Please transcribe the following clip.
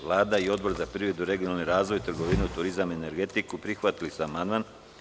Vlada i Odbor za privredu, regionalni razvoj, trgovinu, turizam i energetiku prihvatili su amandman.